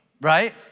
right